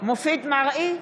מופיד מרעי,